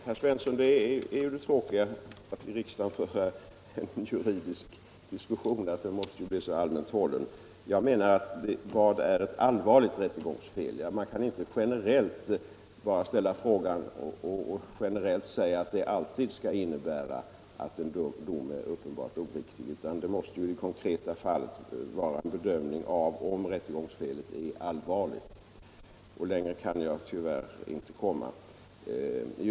Herr talman! Ja, herr Svensson i Malmö, det tråkiga med att föra en juridisk diskussion i riksdagen är just att den måste bli så allmänt hållen. Vad är ett allvarligt rättegångsfel? Man kan inte ställa frågan generellt, och man kan inte heller generellt påstå att ett allvarligt rättegångsfel alltid skall innebära att en dom är uppenbart oriktig; man måste i det konkreta fallet göra en bedömning av om rättegångsfelet är allvarligt. Längre kan jag tyvärr inte komma.